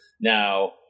now